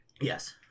yes